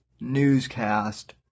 newscast